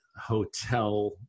hotel